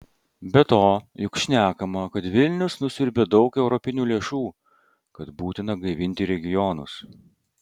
be to juk šnekama kad vilnius nusiurbia daug europinių lėšų kad būtina gaivinti regionus